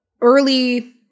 early